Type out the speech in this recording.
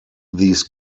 these